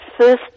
first